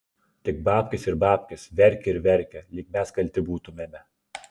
tik babkės ir babkės verkia ir verkia lyg mes kalti būtumėme